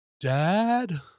dad